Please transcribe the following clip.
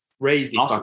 Crazy